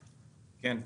כן.